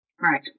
Right